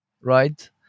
right